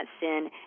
sin